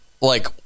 Like-